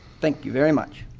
thank you very much.